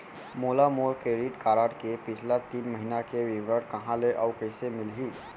मोला मोर credit card के पिछला तीन महीना के विवरण कहाँ ले अऊ कइसे मिलही?